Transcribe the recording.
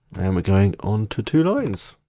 and we're going on to two lines.